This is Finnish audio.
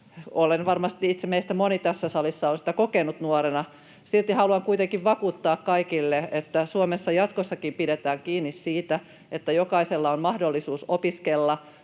Olen varmasti itse, kuten meistä moni tässä salissa, sitä kokenut nuorena. Silti haluan kuitenkin vakuuttaa kaikille, että Suomessa jatkossakin pidetään kiinni siitä, että jokaisella on mahdollisuus opiskella,